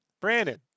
Brandon